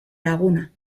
laguna